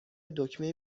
دکمه